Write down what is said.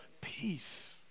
peace